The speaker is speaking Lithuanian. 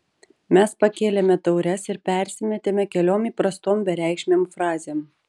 mes pakėlėme taures ir persimetėme keliom įprastom bereikšmėm frazėm